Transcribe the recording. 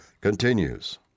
continues